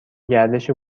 گردش